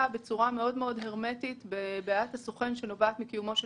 בצורה מאוד מאוד הרמטית בבעיית הסוכן שנובעת מקיומו של